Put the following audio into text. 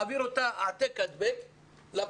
מעביר אותה העתק הדבק לפונה.